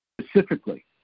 specifically